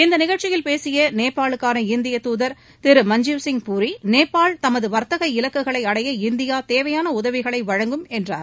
இந்த நிகழ்ச்சியில் பேசிய நேபாளுக்கான இந்திய தூதர் திரு மஞ்ஜீவ் சிங் பூரி நேபாள் தமது வர்த்தக இலக்குகளை அடைய இந்தியா தேவையான உதவிகளை வழங்குகம் என்றார்